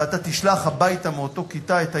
ואתה תשלח הביתה מאותה כיתה את הילד,